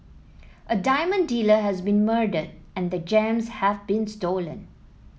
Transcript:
a diamond dealer has been murdered and the gems have been stolen